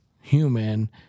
human